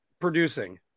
producing